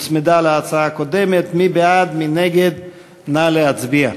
אני מציין לפרוטוקול את רצונו הכן של סגן השר לוי להצביע,